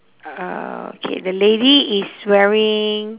uh okay the lady is wearing